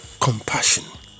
compassion